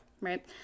Right